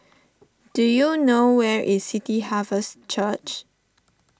do you know where is City Harvest Church